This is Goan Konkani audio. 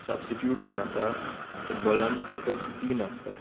सब्सिट्यूट म्हूण आसा फुटबॉलान फकत तीन आसता